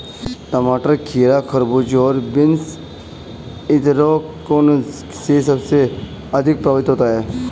टमाटर, खीरा, खरबूजे और बीन्स एंथ्रेक्नोज से सबसे अधिक प्रभावित होते है